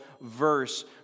verse